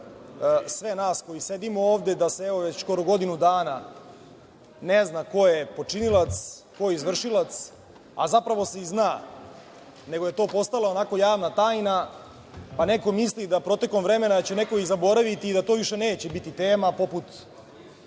sve nas koji sedimo ovde da se evo već skoro godinu dana ne zna ko je počinilac, ko je izvršilac, a zapravo se i zna nego je to postalo javna tajna, pa neko misli da će protekom vremena neko i zaboraviti i da to više neće biti tema, poput